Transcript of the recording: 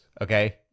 okay